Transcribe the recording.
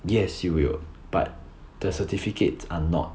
yes you will but the certificates are not